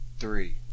three